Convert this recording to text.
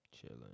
chilling